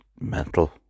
mental